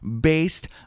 based